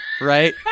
Right